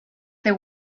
they